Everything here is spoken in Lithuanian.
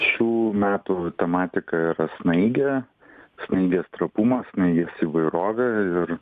šių metų tematika yra snaigė snaigės trapumas jis įvairovė ir